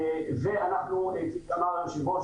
אמר היושב-ראש,